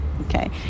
Okay